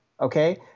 okay